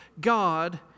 God